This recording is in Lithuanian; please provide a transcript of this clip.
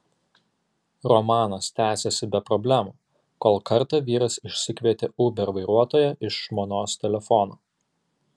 romanas tęsėsi be problemų kol kartą vyras išsikvietė uber vairuotoją iš žmonos telefono